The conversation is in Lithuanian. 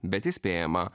bet įspėjama